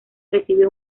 recibe